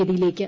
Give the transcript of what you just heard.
ഗതിയിലേക്ക്